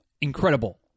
incredible